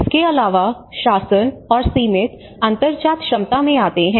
इसके अलावा शासन और सीमित अंतर्जात क्षमता में आते हैं